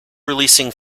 releasing